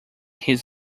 his